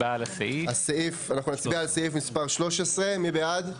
אנחנו נצביע על סעיף מספר 13. מי בעד?